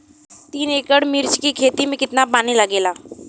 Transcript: तीन एकड़ मिर्च की खेती में कितना पानी लागेला?